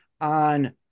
on